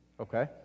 okay